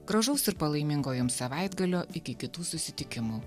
gražaus ir palaimingo jums savaitgalio iki kitų susitikimų